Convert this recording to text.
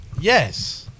Yes